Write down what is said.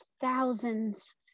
thousands